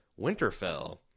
Winterfell